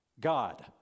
God